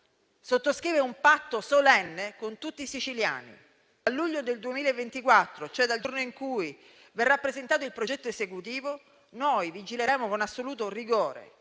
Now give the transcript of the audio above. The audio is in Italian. sottoscrive un patto solenne con tutti i siciliani. Dal luglio del 2024, cioè dal giorno in cui verrà presentato il progetto esecutivo, vigileremo con assoluto rigore